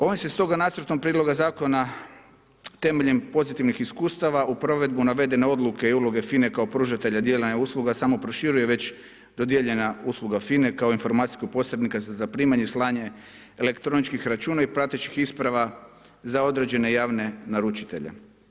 Ovim se stoga nacrtom prijedloga zakona temeljem pozitivnih iskustava u provedbu navedene odluke i uloge FINA-e kao pružatelja dijela usluga samo proširuje već dodijeljena usluga FINA-e kao informacijskog posrednika za zaprimanje i slanje elektroničkih računa i pratećih isprava za određene javne naručitelje.